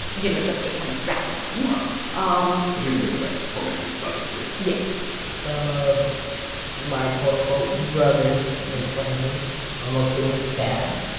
you know, just to kind of rattle him wow. um so he's being, like, tormented by this kid yes some of my, quote, unquote, brothers make fun of me almost getting stabbed.